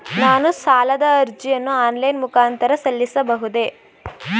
ನಾನು ಸಾಲದ ಅರ್ಜಿಯನ್ನು ಆನ್ಲೈನ್ ಮುಖಾಂತರ ಸಲ್ಲಿಸಬಹುದೇ?